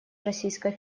российской